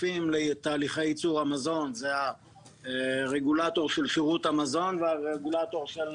בעיקר לאור העובדה שהיה שלב שבו הן נדרשו לתקן הישראלי ומאוחר יותר